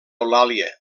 eulàlia